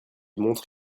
montre